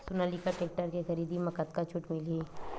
Sonalika tractor के खरीदी मा कतका छूट मीलही?